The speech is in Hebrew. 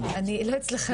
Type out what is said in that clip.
לא אצלכן, לא אצלכן.